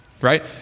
right